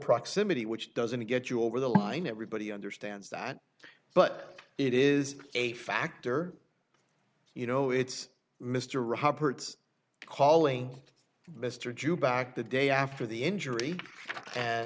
proximity which doesn't get you over the line everybody understands that but it is a factor you know it's mr roberts calling mr jew back the day after the injury and